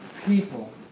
people